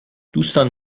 دوستان